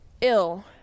ill